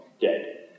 dead